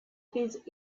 his